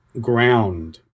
ground